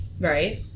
Right